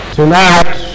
Tonight